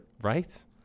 right